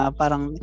parang